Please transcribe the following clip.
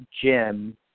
Jim